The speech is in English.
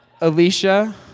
Alicia